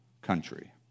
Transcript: country